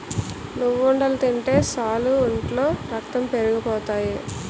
నువ్వుండలు తింటే సాలు ఒంట్లో రక్తం పెరిగిపోతాయి